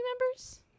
members